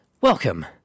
Welcome